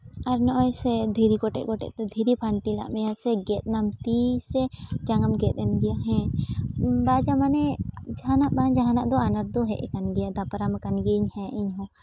ᱟᱨ ᱱᱚᱜᱼᱚᱭ ᱥᱮ ᱫᱷᱤᱨᱤ ᱠᱚᱴᱮᱡ ᱠᱚᱴᱮᱡ ᱛᱮ ᱫᱷᱤᱨᱤ ᱯᱷᱟᱱᱴᱤᱞᱟᱜ ᱢᱮᱭᱟ ᱥᱮ ᱜᱮᱛᱱᱟᱢ ᱛᱤ ᱥᱮ ᱡᱟᱝᱜᱟᱢ ᱜᱮᱛ ᱮᱱ ᱜᱮᱭᱟ ᱵᱟᱡᱽᱼᱟ ᱢᱟᱱᱮ ᱡᱟᱦᱟᱱᱟᱜ ᱵᱟᱝ ᱡᱟᱦᱟᱱᱟᱜ ᱫᱚ ᱟᱱᱟᱴ ᱫᱚ ᱦᱮᱡ ᱟᱠᱟᱱ ᱜᱮᱭᱟ ᱫᱟᱯᱨᱟᱢ ᱡᱟᱱ ᱜᱮᱭᱟᱹᱧ ᱦᱮᱸ ᱤᱧ ᱦᱚᱸ